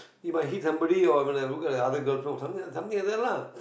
it might hit somebody or when I look at the other girl you know some~ something like that lah